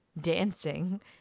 dancing